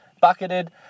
bucketed